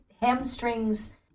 hamstrings